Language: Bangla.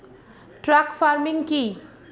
ট্রাক ফার্মিং কি?